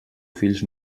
fills